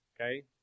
Okay